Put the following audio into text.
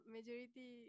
Majority